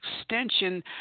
extension